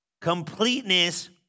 completeness